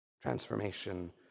transformation